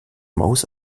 maus